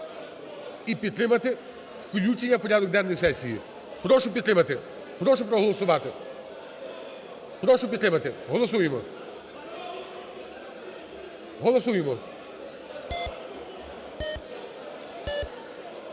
і підтримати включення в порядок денний сесії. Прошу підтримати, прошу проголосувати, прошу підтримати. Голосуємо, голосуємо.